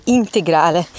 integrale